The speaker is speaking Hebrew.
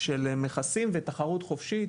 של מכסים, ותחרות חופשית,